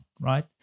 right